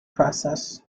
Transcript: process